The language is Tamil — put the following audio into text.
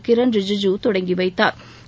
கிரண் ரிஜிஜூ தொடங்கி வைத்தாா்